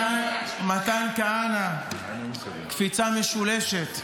מתן כהנא, קפיצה משולשת.